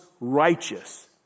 righteous